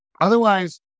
Otherwise